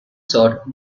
sought